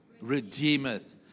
redeemeth